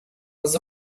was